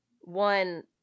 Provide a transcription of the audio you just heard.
One